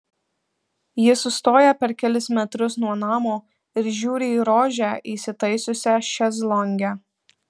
ji sustoja per kelis metrus nuo namo ir žiūri į rožę įsitaisiusią šezlonge